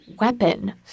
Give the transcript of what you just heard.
weapon